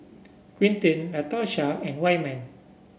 Quinten Latarsha and Wyman